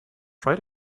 try